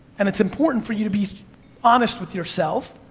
and it's important for you to be honest with yourself.